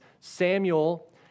Samuel